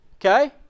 okay